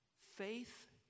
faith